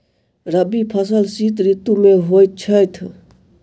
रबी फसल शीत ऋतु मे होए छैथ?